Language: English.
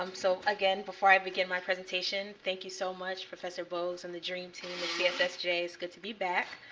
um so again, before i begin my presentation, thank you so much, professor bogues and the dream team of cssj. it's good to be back.